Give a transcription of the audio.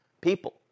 people